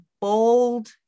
bold